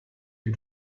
you